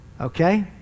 Okay